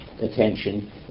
attention